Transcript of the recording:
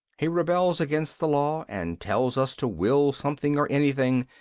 he rebels against the law and tells us to will something or anything.